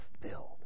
fulfilled